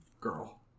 Girl